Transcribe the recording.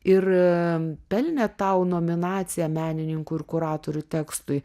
ir pelnė tau nominaciją menininkų ir kuratorių tekstui